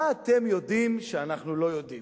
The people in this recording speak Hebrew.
מה אתם יודעים שאנחנו לא יודעים?